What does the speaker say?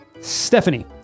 Stephanie